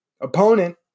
opponent